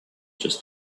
just